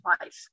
life